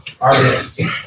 artists